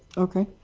okay.